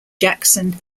jackson